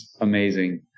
amazing